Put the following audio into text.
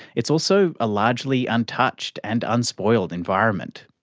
it's also a largely untouched and unspoiled environment.